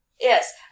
Yes